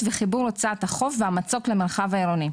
וחיבור רצועת החוף והמצוק למרחב העירוני.